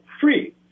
free